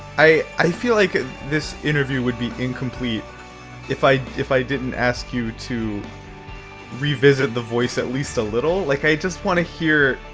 i i feel like this interview would be incomplete if i if i didn't ask you to revisit the voice at least a little. like, i just wanna hear.